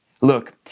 Look